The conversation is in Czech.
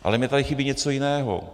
Ale mně tady chybí něco jiného.